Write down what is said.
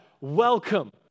welcome